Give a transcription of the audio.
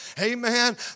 Amen